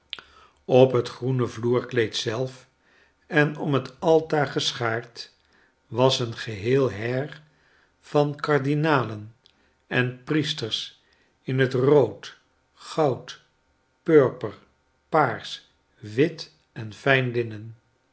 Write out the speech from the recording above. op het groene vloerkleed zelf en om het altaar geschaard was een geheel heir van kardinalen en priesters in het rood goud purper paars wit en